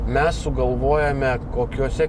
mes sugalvojame kokiuose